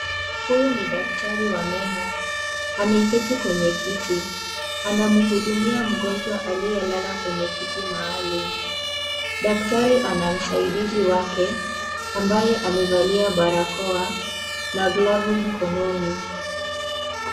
Huyu ni daktari wa meno. Ameketi kwenye kiti. Anamhudumia mgonjwa aliyelala kwenye kiti maalum. Daktari ana msaidizi wake, ambaye amevalia barakoa na glovu mikononi.